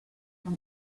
from